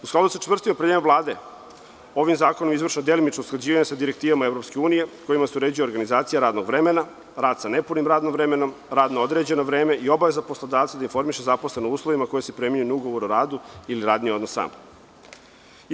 U skladu sa čvrstim opredeljenjima Vlade, ovim zakonom je izvršeno delimično usklađivanje sa direktivama EU, kojima se uređuje organizacija radnog vremena, rad sa nepunim radnim vremenom, rad na određeno vreme i obaveza poslodavca da informiše zaposlene o uslovima koji se primenjuju na ugovor o radu ili radni odnos sam.